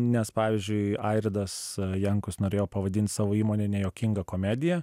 nes pavyzdžiui airidas jankus norėjo pavadint savo įmonę nejuokinga komedija